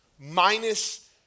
minus